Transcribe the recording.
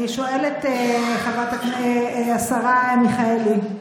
השרה מיכאלי,